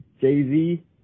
Jay-Z